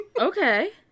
Okay